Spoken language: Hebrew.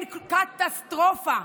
קטסטרופה.